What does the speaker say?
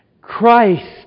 Christ